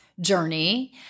journey